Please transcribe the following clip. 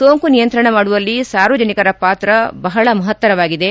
ಸೋಂಕು ನಿಯಂತ್ರಣ ಮಾಡುವಲ್ಲಿ ಸಾರ್ವಜನಿಕರ ಪಾತ್ರ ಬಹಳ ಮಹತ್ತರವಾಗಿದೆ